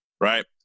Right